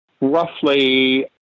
roughly